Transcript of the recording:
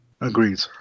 Agreed